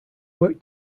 worked